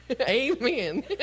Amen